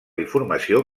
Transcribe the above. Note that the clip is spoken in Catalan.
informació